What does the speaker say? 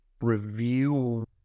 review